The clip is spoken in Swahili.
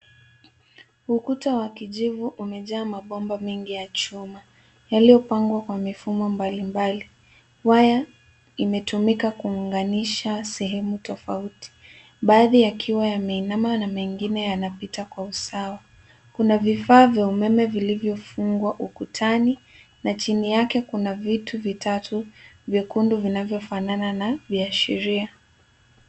Ukuta wa kijivu umejaa mabomba mengi ya chuma yaliyopangwa kwa mifumo mbalimbali. Waya imetumika kuunganisha sehemu tofauti, baadhi yakiwa yameinama na mengine yanaopita kwa usawa. Kuna vifaa vya umeme vilivyofungwa ukutani na chini yake kuna vitu vitatu vyekundu vinavyofanana na viashiria.